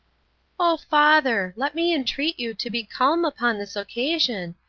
oh, father! let me entreat you to be calm upon this occasion,